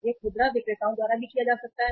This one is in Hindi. यह खुदरा विक्रेताओं द्वारा भी किया जा सकता है